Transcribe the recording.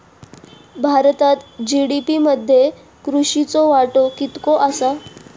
भारतात जी.डी.पी मध्ये कृषीचो वाटो कितको आसा?